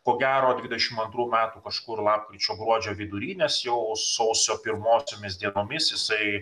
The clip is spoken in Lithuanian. ko gero dvidešim antrų metų kažkur lapkričio gruodžio vidury nes jau sausio pirmosiomis dienomis jisai